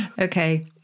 Okay